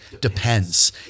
depends